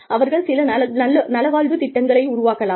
அவர்கள் சில நலவாழ்வு திட்டங்கள் உருவாக்கலாம்